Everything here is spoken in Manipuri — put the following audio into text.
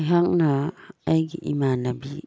ꯑꯩꯍꯥꯛꯅ ꯑꯩꯒꯤ ꯏꯃꯥꯟꯅꯕꯤ